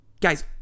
Guys